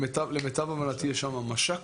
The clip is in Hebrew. למיטב הבנתי יש שם מש"ק.